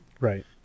Right